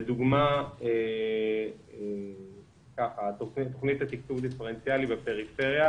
לדוגמה, תוכנית התקצוב הדיפרנציאלי בפריפריה,